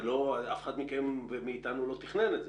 אף אחד מכם ומאתנו לא תכנן את זה,